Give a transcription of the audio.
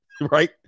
Right